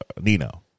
Nino